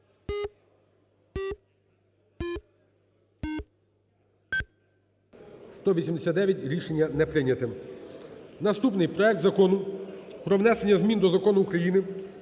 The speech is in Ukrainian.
За-189 Рішення не прийнято. Наступний проект Закону про внесення змін до Закону України